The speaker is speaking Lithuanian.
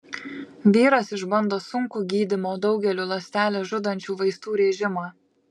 vyras išbando sunkų gydymo daugeliu ląsteles žudančių vaistų režimą